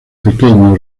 pequeño